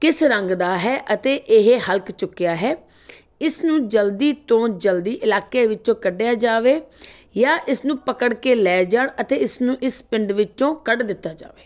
ਕਿਸ ਰੰਗ ਦਾ ਹੈ ਅਤੇ ਇਹ ਹਲਕ ਚੁੱਕਿਆ ਹੈ ਇਸ ਨੂੰ ਜਲਦੀ ਤੋਂ ਜਲਦੀ ਇਲਾਕੇ ਵਿੱਚੋਂ ਕੱਢਿਆ ਜਾਵੇ ਜਾਂ ਇਸ ਨੂੰ ਪਕੜ ਕੇ ਲੈ ਜਾਣ ਅਤੇ ਇਸ ਨੂੰ ਇਸ ਪਿੰਡ ਵਿੱਚੋਂ ਕੱਢ ਦਿੱਤਾ ਜਾਵੇ